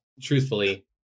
truthfully